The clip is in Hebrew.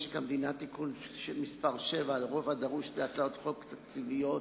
משק המדינה (תיקון מס' 7) (הרוב הדרוש להצעות חוק תקציביות)